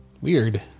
Weird